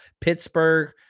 Pittsburgh